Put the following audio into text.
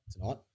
tonight